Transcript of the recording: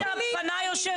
תאמיני לי,